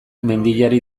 mendiari